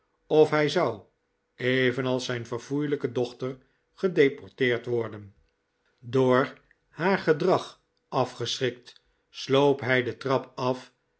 of hij zou evenals zijn verfoeilijke dochter gedeporteerd worden door haar gedrag afgeschrikt sloop hij de trap af